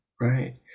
Right